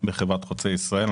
בחברת חוצה ישראל.